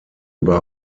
über